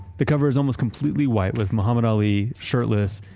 the cover is almost completely white, with muhammad ali, shirtless,